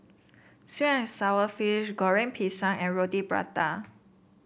sweet and sour fish Goreng Pisang and Roti Prata